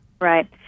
Right